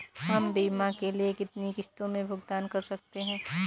हम बीमा के लिए कितनी किश्तों में भुगतान कर सकते हैं?